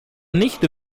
nicht